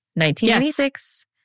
1996